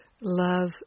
Love